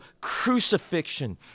crucifixion